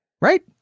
Right